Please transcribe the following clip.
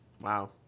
Wow